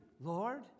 Lord